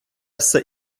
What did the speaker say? все